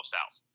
South